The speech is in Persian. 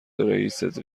رئیست